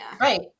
Right